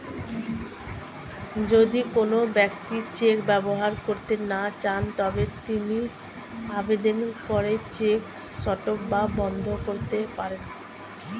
যদি কোন ব্যক্তি চেক ব্যবহার করতে না চান তবে তিনি আবেদন করে চেক স্টপ বা বন্ধ করতে পারেন